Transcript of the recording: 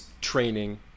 training